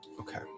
Okay